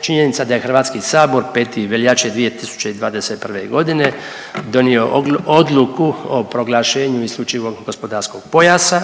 činjenica da je HS 5. veljače 2021.g. donio odluku o proglašenju IGP-a